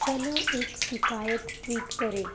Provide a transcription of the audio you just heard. चलो एक शिकायत ट्वीट करें